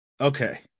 Okay